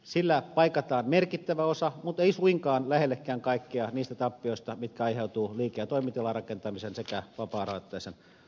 sillä paikataan merkittävä osa mutta ei suinkaan lähellekään kaikkea niistä tappioista mitkä aiheutuvat liike ja toimitilarakentamisen sekä vapaarahoitteisen asuntorakentamisen romahduksesta